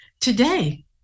Today